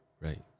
Right